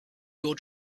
your